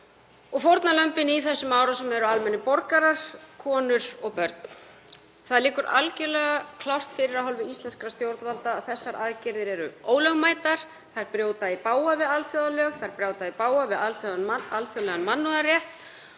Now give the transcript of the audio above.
Fórnarlömbin í þessum árásum eru almennir borgarar, konur og börn. Það liggur algjörlega klárt fyrir af hálfu íslenskra stjórnvalda að þessar aðgerðir eru ólögmætar, þær brjóta í bága við alþjóðalög, alþjóðlegan mannúðarrétt